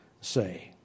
say